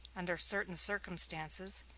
under certain circumstances,